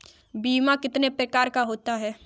बीमा कितने प्रकार का होता है?